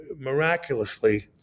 Miraculously